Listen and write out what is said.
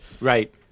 Right